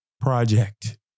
project